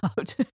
out